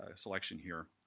ah selection here.